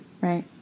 right